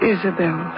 Isabel